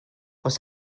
oes